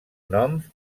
noms